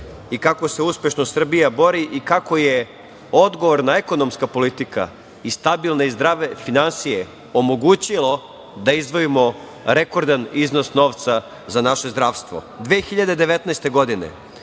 i kako se uspešno Srbija bori i kako je odgovorna ekonomska politika i stabilne i zdrave finansije omogućilo da izdvojimo rekordan iznos novca za naše zdravstvo. Godine